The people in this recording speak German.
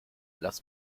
lass